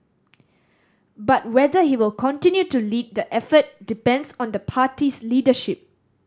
but whether he will continue to lead the effort depends on the party's leadership